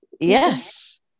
Yes